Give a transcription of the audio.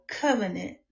covenant